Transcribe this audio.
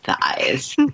eyes